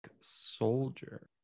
Soldier